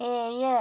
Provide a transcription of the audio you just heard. ഏഴ്